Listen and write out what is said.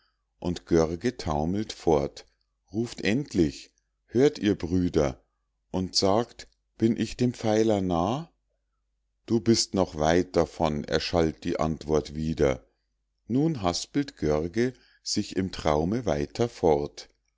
und görge taumelt fort ruft endlich hört ihr brüder und sagt bin ich dem pfeiler nah du bist noch weit davon erschallt die antwort wieder nun haspelt görge sich im traume weiter fort